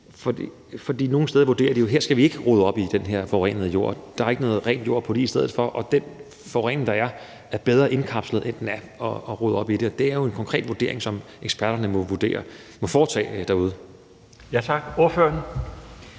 For nogle steder vurderer de jo, at man ikke skal rydde op i den forurenede jord. Der er ikke noget rent jord at putte i i stedet for, og det er bedre, at den forurening, der er, er indkapslet, end at der bliver ryddet op i den. Det er jo en konkret vurdering, som eksperterne må foretage derude. Kl. 16:16 Den